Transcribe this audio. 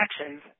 actions